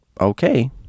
okay